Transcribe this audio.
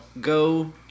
go